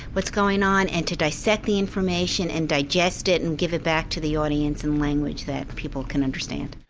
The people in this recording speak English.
what's going on, and to dissect the information and digest it and give it back to the audience in language that people can understand.